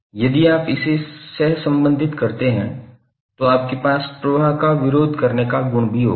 यदि आप इसे सहसंबंधित करते हैं तो आपके पास प्रवाह का विरोध करने का गुण भी होगा